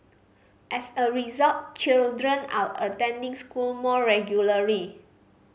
as a result children are attending school more regularly